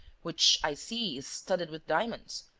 which, i see, is studded with diamonds,